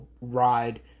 ride